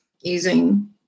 using